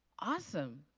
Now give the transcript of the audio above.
awesome.